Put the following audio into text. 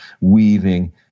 weaving